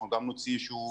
אנחנו נוציא איזשהו